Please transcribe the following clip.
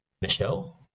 Michelle